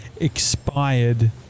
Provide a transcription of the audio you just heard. expired